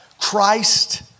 Christ